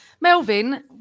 Melvin